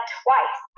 twice